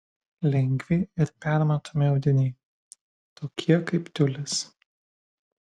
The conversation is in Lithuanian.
lengvi ir permatomi audiniai tokie kaip tiulis